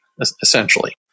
essentially